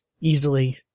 easily